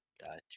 gotcha